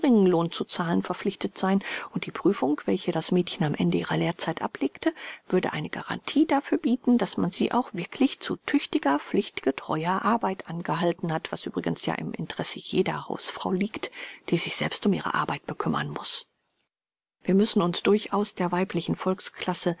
zu zahlen verpflichtet sein und die prüfung welche das mädchen am ende ihrer lehrzeit ablegte würde eine garantie dafür bieten daß man sie auch wirklich zu tüchtiger pflichtgetreuer arbeit angehalten hat was übrigens ja im interesse jeder hausfrau liegt die sich selbst um ihre arbeit bekümmern muß wir müssen uns durchaus der weiblichen